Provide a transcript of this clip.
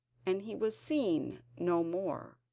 and he was seen no more.